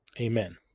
Amen